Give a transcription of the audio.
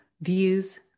views